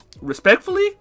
respectfully